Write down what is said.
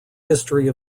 history